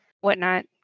whatnot